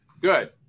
Good